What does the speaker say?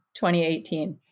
2018